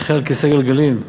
לנכה על כיסא גלגלים?